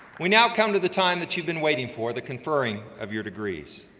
we now come to the time that you've been waiting for, the conferring of your degrees.